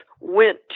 went